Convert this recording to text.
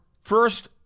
first